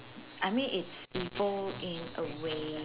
I mean it's evil in a way